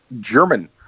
German